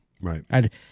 Right